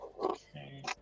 Okay